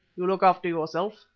you look after yourself,